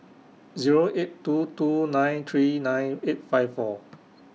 Zero eight two two nine three nine eight five four